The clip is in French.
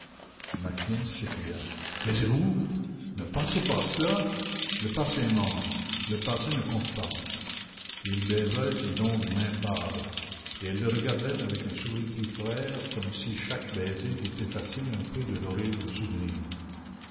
maxime s'écria taisez-vous ne pensez pas à cela le passé est mort le passé ne compte pas et il baisait ses longues mains pâles et elle le regardait avec un sourire plus clair comme si chaque baiser eut effacé un peu de l'horrible souvenir